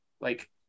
Like-